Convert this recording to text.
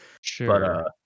Sure